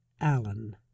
Allen